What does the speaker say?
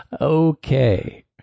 Okay